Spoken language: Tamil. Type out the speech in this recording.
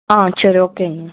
ஆ சரி ஓகேங்க